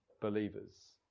believers